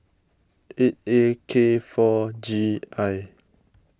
eight A K four G I